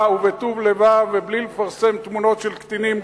ובטוב לבב ובלי לפרסם תמונות של קטינים,